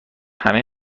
همه